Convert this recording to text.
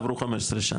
עברו 15 שנה,